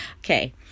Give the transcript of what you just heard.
Okay